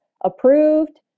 approved